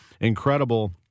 Incredible